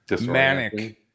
manic